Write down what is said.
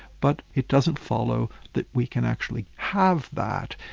but it doesn't follow that we can actually have that,